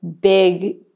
big